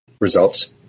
results